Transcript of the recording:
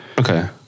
Okay